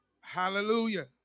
Hallelujah